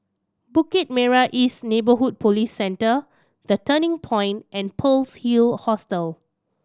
Bukit Merah East Neighbourhood Police Centre The Turning Point and Pearl's Hill Hostel